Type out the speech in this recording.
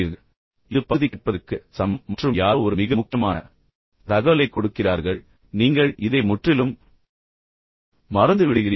எனவே இது பகுதி கேட்பதற்கு சமம் மற்றும் யாரோ ஒரு தொலைபேசி எண் அல்லது முகவரியைப் பற்றி மிக முக்கியமான தகவலை கொடுக்கிறார்கள் பின்னர் நீங்கள் இதை முற்றிலும் மறந்துவிடுகிறீர்கள்